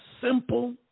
simple